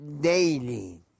daily